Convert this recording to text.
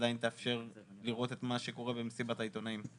עדיין תאפשר לראות את מה שקורה במסיבת העיתונאים.